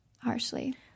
harshly